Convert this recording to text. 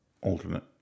alternate